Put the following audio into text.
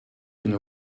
been